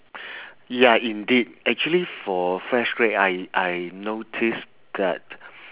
ya indeed actually for fresh grad I I notice that